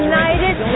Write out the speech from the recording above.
United